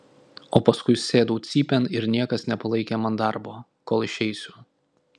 o paskui sėdau cypėn ir niekas nepalaikė man darbo kol išeisiu